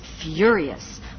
furious